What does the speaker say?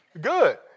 Good